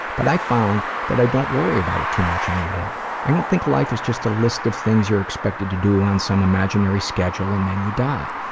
but i've found that i don't worry about it too much anymore. i don't think life is just a list of things you're expected to do on some imaginary schedule and then you die.